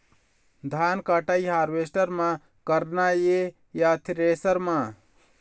धान कटाई हारवेस्टर म करना ये या थ्रेसर म?